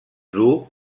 duu